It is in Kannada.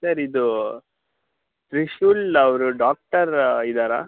ಸರ್ ಇದು ತ್ರಿಶುಲ್ ಅವರು ಡಾಕ್ಟರ್ ಇದ್ದಾರಾ